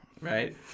Right